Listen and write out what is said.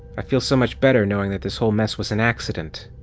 i feel so much better knowing that this whole mess was an accident.